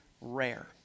rare